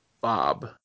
Bob